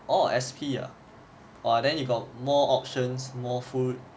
orh S_P ah !wah! then you got more options more food